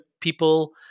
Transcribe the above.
people